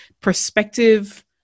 perspective